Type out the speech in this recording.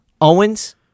Owens